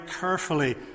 carefully